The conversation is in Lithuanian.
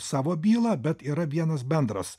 savo bylą bet yra vienas bendras